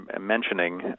mentioning